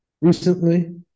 recently